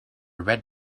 red